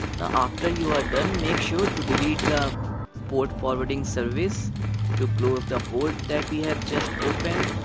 after you are done, make sure to delete the port forwarding service to close the port that we have just opened.